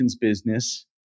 business